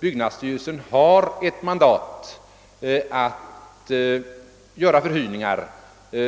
Bygnadsstyrelsen har ett mandat att göra förhyrningar